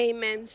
Amen